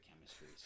chemistry